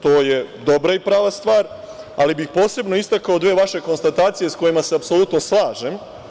To je dobra i prava stvar, ali bih posebno istakao dve vaše konstatacije sa kojima se apsolutno slažem.